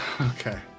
Okay